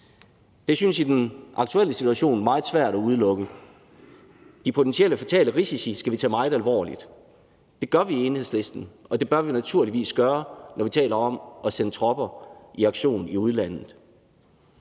Det synes i den aktuelle situation meget svært at udelukke. De potentielle fatale risici skal vi tage meget alvorligt. Det gør vi i Enhedslisten, og det bør vi naturligvis gøre, når vi taler om at sende tropper i aktion i udlandet.